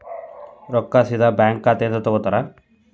ರೊಕ್ಕಾ ಸೇದಾ ಬ್ಯಾಂಕ್ ಖಾತೆಯಿಂದ ತಗೋತಾರಾ?